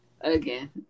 again